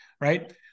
right